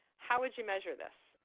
how would you measure this?